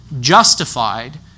justified